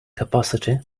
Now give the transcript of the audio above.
capacity